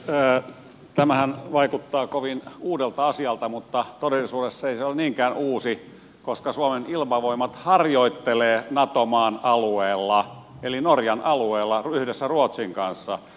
tämähän vaikuttaa kovin uudelta asialta mutta todellisuudessa se ei ole niinkään uusi koska suomen ilmavoimat harjoittelee nato maan alueella eli norjan alueella yhdessä ruotsin kanssa